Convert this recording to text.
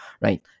right